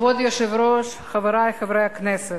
כבוד היושב-ראש, חברי חברי הכנסת,